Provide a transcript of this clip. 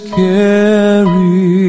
carry